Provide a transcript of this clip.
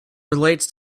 relates